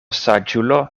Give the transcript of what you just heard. saĝulo